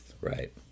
Right